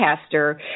pastor